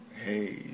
Hey